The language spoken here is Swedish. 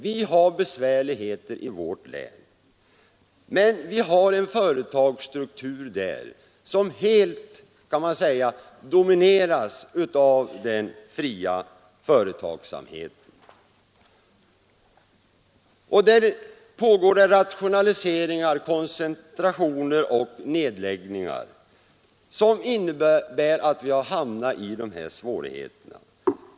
Vi har besvärligheter i vårt län, men vi har en företagsstruktur som helt domineras av den fria företagsamheten. Där pågår rationaliseringar, koncentrationer och nedläggningar som innebär att vi har hamnat i dessa svårigheter.